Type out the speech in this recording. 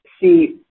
See